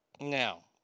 Now